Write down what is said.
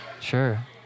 Sure